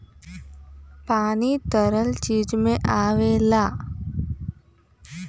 पानी तरल चीज में आवला